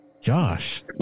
Josh